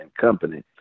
company